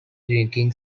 drinking